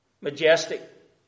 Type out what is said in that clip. majestic